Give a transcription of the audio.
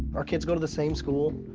our kids go to the same school.